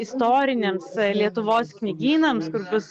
istoriniams lietuvos knygynams kur bus